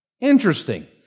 Interesting